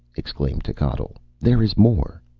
exclaimed techotl. there is more!